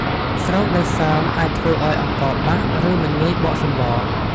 ស្រូវដែលសើមអាចធ្វើឱ្យអង្ករបាក់ ឬមិនងាយបកសម្បក។